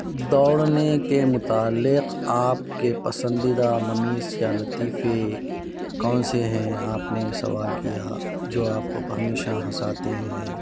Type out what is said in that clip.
دوڑنے کے متعلق آپ کے پسندیدہ ممیز یا لطیفے کون سے ہیں آپ نے سوال کیا جو آپ کو ہمیشہ ہنساتے ہیں